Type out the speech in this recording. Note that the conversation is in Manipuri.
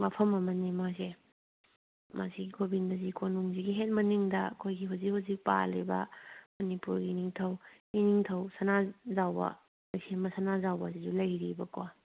ꯃꯐꯝ ꯑꯃꯅꯤ ꯃꯈꯣꯏꯁꯦ ꯃꯁꯤ ꯒꯣꯕꯤꯟꯗꯖꯤ ꯀꯣꯅꯨꯡꯁꯤꯒꯤ ꯍꯦꯛ ꯃꯅꯤꯡꯗ ꯑꯩꯈꯣꯏꯒꯤ ꯍꯧꯖꯤꯛ ꯍꯧꯖꯤꯛ ꯄꯥꯜꯂꯤꯕ ꯃꯅꯤꯄꯨꯔꯒꯤ ꯅꯤꯊꯧ ꯏꯅꯤꯡꯊꯧ ꯁꯅꯥꯖꯥꯎꯕ ꯂꯩꯁꯦꯝꯕ ꯁꯅꯥꯖꯥꯎꯕꯁꯤꯁꯨ ꯂꯩꯔꯤꯕꯀꯣ